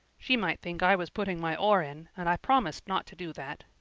she might think i was putting my oar in and i promised not to do that.